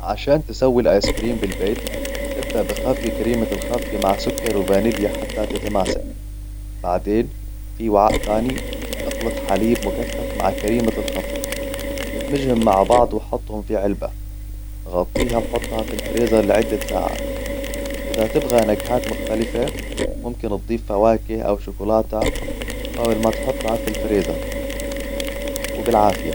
عشان تسوي الأيس كريم بالبيت إبدأ بخفق كريمة الخفق مع سكر وفانيليا حتى تتماسك بعدين في وعاء ثاني إخلط حليب مكثف مع كريمة الخفق إدمجهم مع بعض وحطهم في علبة غطيها وحطها في الفريز لعدة ساعات إذا تبغى نكهات مختلفة ممكن تضيف فواكه أو شوكولاتة قبل ما تحطها في الفريزة وبالعافية